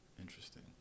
interesting